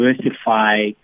diversify